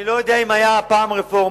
אני לא יודע אם היתה פעם רפורמה,